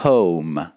Home